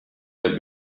der